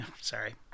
Sorry